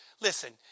Listen